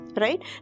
Right